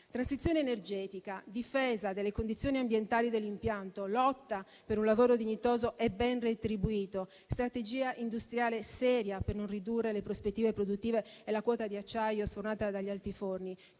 Transizione energetica, difesa delle condizioni ambientali dell'impianto, lotta per un lavoro dignitoso e ben retribuito, strategia industriale seria per non ridurre le prospettive produttive e la quota di acciaio sfornata dagli altiforni: